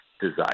desire